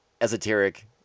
esoteric